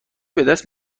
بدست